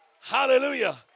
hallelujah